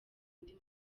undi